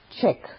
check